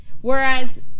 Whereas